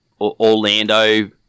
Orlando